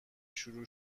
شروع